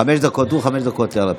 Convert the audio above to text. חמש דקות הוא וחמש דקות יאיר לפיד.